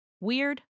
Weird